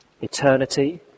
Eternity